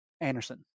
Anderson